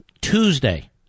Tuesday